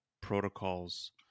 protocols